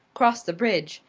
crossed the bridge,